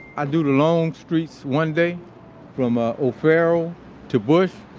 i do the long streets one day from ah o'farrell to bush.